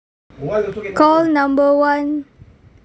call number one